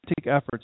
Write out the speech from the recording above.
efforts